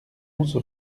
onze